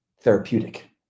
therapeutic